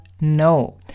no